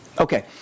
Okay